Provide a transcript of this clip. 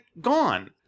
gone